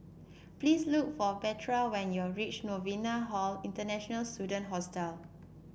please look for Bertha when you reach Novena Hall International Student Hostel